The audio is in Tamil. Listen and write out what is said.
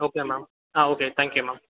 okay ma'am ah okay thank you ma'am